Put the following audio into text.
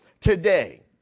today